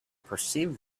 perceived